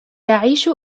تعيش